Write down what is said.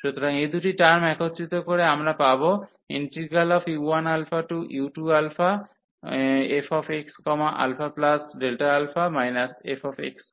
সুতরাং এই দুটি টার্ম একত্রিত করে আমরা পাব u1u2fxα fxαdxu2u2αΔαfxαΔαdx